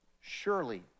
surely